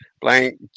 Blank